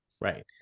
Right